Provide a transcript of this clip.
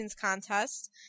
contest